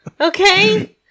okay